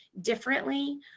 differently